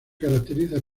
caracteriza